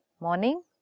morning